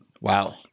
Wow